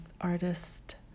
artist